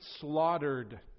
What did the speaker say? slaughtered